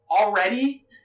Already